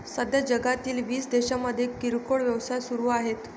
सध्या जगातील वीस देशांमध्ये किरकोळ व्यवसाय सुरू आहेत